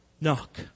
Knock